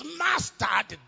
mastered